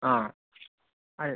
ആ ആയേ